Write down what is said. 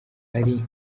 ari